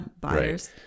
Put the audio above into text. buyers